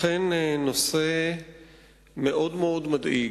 אכן נושא מאוד מאוד מדאיג,